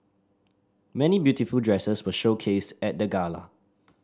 many beautiful dresses were showcased at the gala